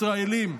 ישראלים,